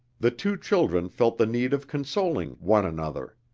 the two children felt the need of consoling one another,